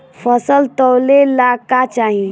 फसल तौले ला का चाही?